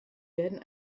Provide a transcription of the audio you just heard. werden